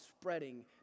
spreading